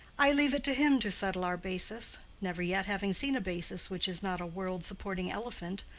i leave it to him to settle our basis, never yet having seen a basis which is not a world-supporting elephant,